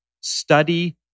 study